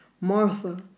Martha